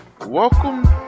welcome